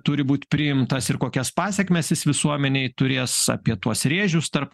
turi būt priimtas ir kokias pasekmes jis visuomenei turės apie tuos rėžius tarp